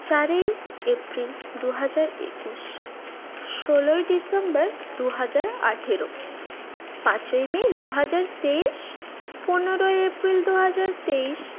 চারই এপ্রিল দু হাজার একুশ ষোলোই ডিসেম্বর দু হাজার আঠেরো পাঁচই মে দু হাজার তেইশ পনেরোই এপ্রিল দু হাজার তেইশ